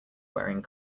wearing